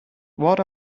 what